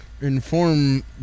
inform